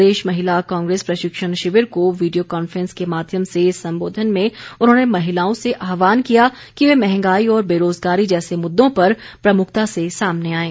प्रदेश महिला कांग्रेस प्रशिक्षण शिविर को वीडियो कॉन्फ्रेंस के माध्यम से संबोधन में उन्होंने महिलाओं से आह्वान किया कि वे महंगाई और बेरोज़गारी जैसे मुद्दों पर प्रमुखता से सामने आएं